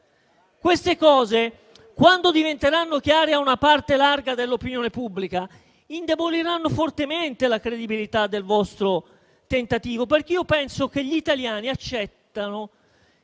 queste cose diventeranno chiare a una parte larga dell'opinione pubblica, indeboliranno fortemente la credibilità del vostro tentativo. Io penso che gli italiani accettano